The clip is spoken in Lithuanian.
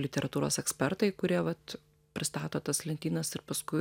literatūros ekspertai kurie vat pristato tas lentynas ir paskui